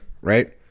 right